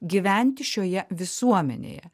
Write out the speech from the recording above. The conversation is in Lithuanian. gyventi šioje visuomenėje